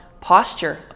posture